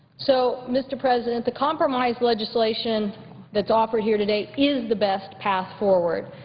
so, mr. president, the compromise legislation that's offered here today is the best path forward.